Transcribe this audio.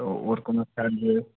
তো ওর কোনো চার্জেস